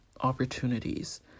opportunities